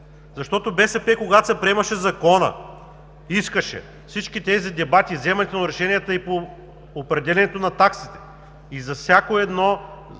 Защото БСП, когато се приемаше законът, искаше всички тези дебати, вземането на решенията по определянето на таксите, и за всяко едно